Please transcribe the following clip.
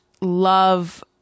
love